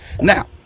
Now